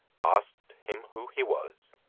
asked him who he was,